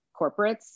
corporates